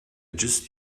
just